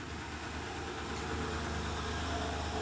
Drip ನೇರ್ ಬಿಡುವುದರಿಂದ ಏನು ಉಪಯೋಗ ಆಗ್ತದ?